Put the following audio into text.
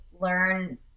learn